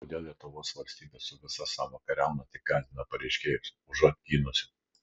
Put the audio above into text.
kodėl lietuvos valstybė su visa savo kariauna tik gąsdina pareiškėjus užuot gynusi